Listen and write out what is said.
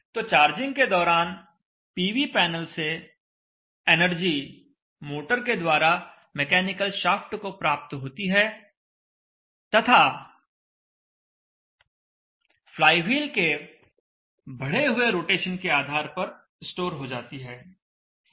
तो चार्जिंग के दौरान पीवी पैनल से एनर्जी मोटर के द्वारा मैकेनिकल शाफ्ट को प्राप्त होती है तथा फ्लाईव्हील के बढ़े हुए रोटेशन के आधार पर स्टोर हो जाती है